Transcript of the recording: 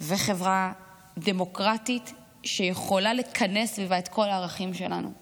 וחברה דמוקרטית שיכולה לכנס סביבה את כל הערכים שלנו כמדינה.